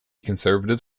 conservative